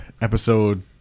episode